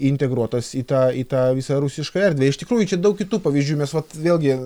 integruotas į tą į tą visą rusišką erdvę iš tikrųjų čia daug kitų pavyzdžių mes vat vėlgi